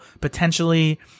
potentially